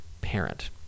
parent